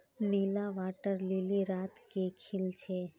नीला water lily रात के खिल छे